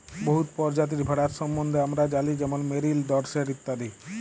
বহুত পরজাতির ভেড়ার সম্বল্ধে আমরা জালি যেমল মেরিল, ডরসেট ইত্যাদি